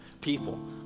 people